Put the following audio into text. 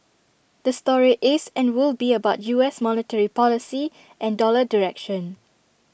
the story is and will be about U S monetary policy and dollar direction